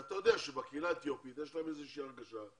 אתה יודע שבקהילה האתיופית יש להם